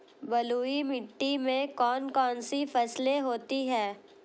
बलुई मिट्टी में कौन कौन सी फसलें होती हैं?